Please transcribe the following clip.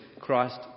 Christ